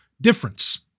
difference